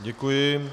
Děkuji.